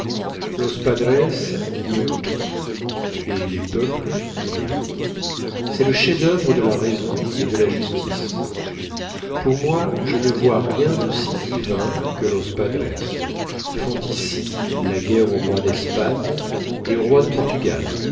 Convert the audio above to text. los padres y ont tout et les peuples rien c'est le chef-d'oeuvre de la raison et de la justice pour moi je ne vois rien de si divin que los padres qui font ici la guerre au roi d'espagne et au roi de portugal